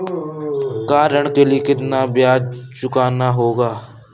Car ऋण के लिए कितना ब्याज चुकाना होगा?